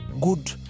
good